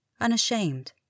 unashamed